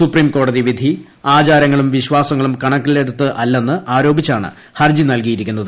സുപ്രീംകോടതി വിധി ആചാരങ്ങളും വിശ്വാസങ്ങളും കണക്കിലെടുത്തല്ലെന്ന് ആരോപിച്ചാണ് ഹർജി നൽകിയിരിക്കുന്നത്